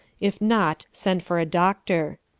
if not, send for a doctor.